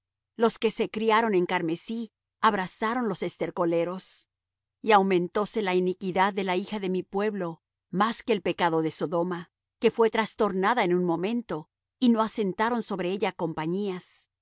los que se criaron en carmesí abrazaron los estercoleros y aumentóse la iniquidad de la hija de mi pueblo más que el pecado de sodoma que fué trastornada en un momento y no asentaron sobre ella compañías